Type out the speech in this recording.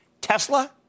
Tesla